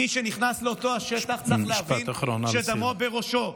ומי שנכנס לאותו השטח צריך להבין שדמו בראשו.